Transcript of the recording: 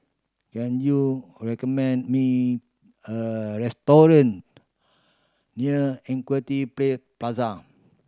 can you recommend me a restaurant near Equity Plaza